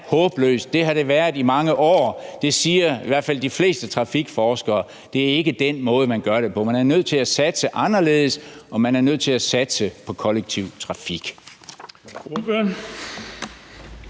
Det har det været i mange år. Og i hvert fald de fleste trafikforskere siger, at det ikke er den måde, man skal gøre det på. Man er nødt til at satse anderledes, og man er nødt til at satse på kollektiv trafik.